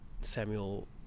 Samuel